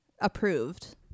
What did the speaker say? approved